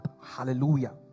Hallelujah